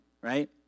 right